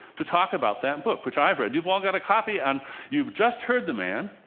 to talk about that book, which i've read. you've all got a copy, and you've just heard the man.